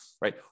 Right